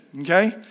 okay